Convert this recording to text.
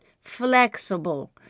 flexible